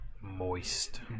moist